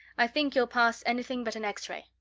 i think you'll pass anything but an x-ray.